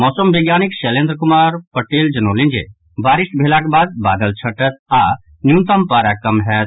मौसम वैज्ञानिक शैलेन्द्र कुमार पटेल जनौलनि जे बारिश मेलाक बाद बादल छटत आओर न्यूनतम पारा कम होयत